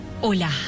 Hola